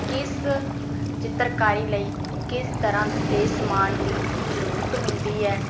ਕਿਸ ਚਿੱਤਰਕਾਰੀ ਲਈ ਕਿਸ ਤਰ੍ਹਾਂ ਦੇ ਸਮਾਨ ਦੀ ਜ਼ਰੂਰਤ ਹੁੰਦੀ ਹੈ